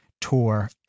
tour